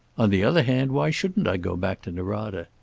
on the other hand, why shouldn't i go back to norada?